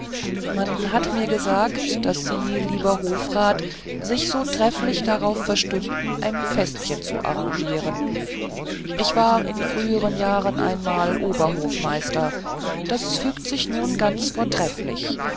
man hat mir gesagt daß sie lieber hofrat sich so trefflich darauf verstünden ein festchen zu arrangieren ich war in früheren jahren einmal oberhofmeister das fügt sich nun ganz vortrefflich